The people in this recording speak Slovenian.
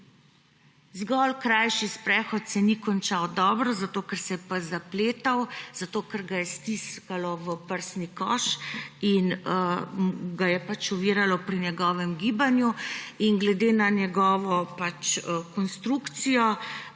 Zgolj krajši sprehod se ni končal dobro, ker se je pes zapletal, ker ga je stiskalo v prsni koš in ga je oviralo pri njegovem gibanju in glede na njegovo konstitucijo